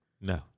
No